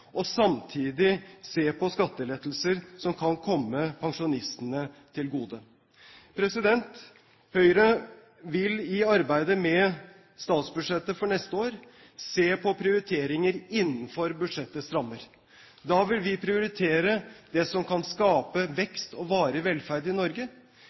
og samtidig se på skattelettelser som kan komme pensjonistene til gode. Høyre vil i arbeidet med statsbudsjettet for neste år se på prioriteringer innenfor budsjettets rammer. Da vil vi prioritere det som kan skape vekst og varig velferd i Norge,